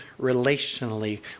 relationally